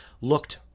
looked